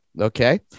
Okay